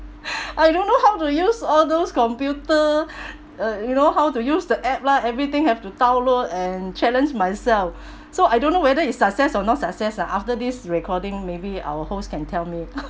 I don't know how to use all those computer uh you know how to use the app lah everything have to download and challenge myself so I don't know whether is success or no success ah after this recording maybe our host can tell me